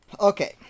Okay